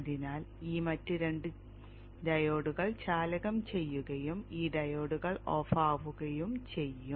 അതിനാൽ ഈ മറ്റ് 2 ഡയോഡുകൾ ചാലകം ചെയ്യുകയും ഈ 2 ഡയോഡുകൾ ഓഫാകുകയും ചെയ്യും